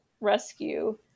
rescue